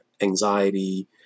anxiety